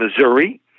Missouri